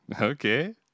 Okay